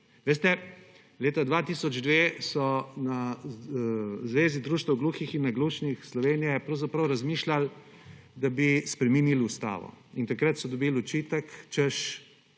Veste, leta 2002 so na Zvezi društev gluhih in naglušnih Slovenije pravzaprav razmišljali, da bi spremenili ustavo, in takrat so dobili očitek, češ